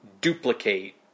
duplicate